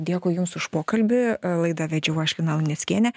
dėkui jums už pokalbį laidą vedžiau aš lina luneckienė